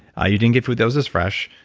ah you didn't get food that was as fresh,